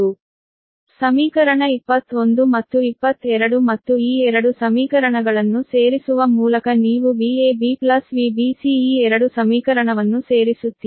ಆದ್ದರಿಂದ ಸಮೀಕರಣ 21 ಮತ್ತು 22 ಮತ್ತು ಈ 2 ಸಮೀಕರಣಗಳನ್ನು ಸೇರಿಸುವ ಮೂಲಕ ನೀವು Vab Vbc ಈ 2 ಸಮೀಕರಣವನ್ನು ಸೇರಿಸುತ್ತೀರಿ